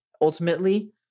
ultimately